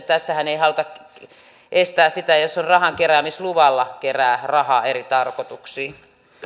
tässähän ei haluta estää sitä jos rahankeräämisluvalla kerää rahaa eri tarkoituksiin